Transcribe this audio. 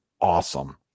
awesome